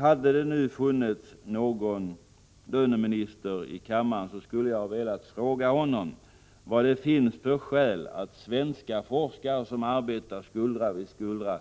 Hade det nu funnits någon löneminister i kammaren skulle jag ha velat fråga honom vad det finns för skäl för att svenska forskare som arbetar skuldra vid skuldra